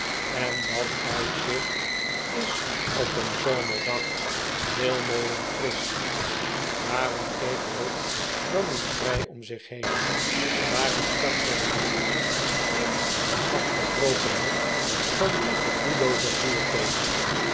en dat uitzicht is op een zomerdag heel mooi en frisch waarom keek ruth dan niet vrij om zich heen waarom stak zij haar voetje in den afgebroken hoek van dien